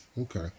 Okay